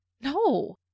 No